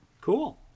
Cool